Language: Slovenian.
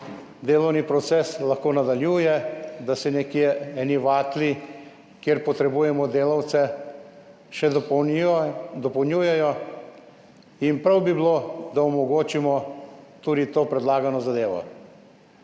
delovni proces lahko nadaljuje, da se nekje eni vatli, kjer potrebujemo delavce, še dopolnjujejo, in prav bi bilo, da omogočimo tudi to predlagano zadevo.